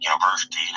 university